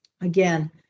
Again